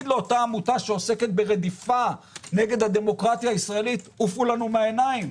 לאותה עמותה שעוסקת ברדיפה נגד הדמוקרטיה הישראלית: עפו לנו מהעיניים.